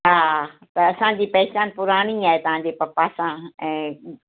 हा त असांजी पहचान पुराणी आहे तव्हांजे पप्पा सां ऐं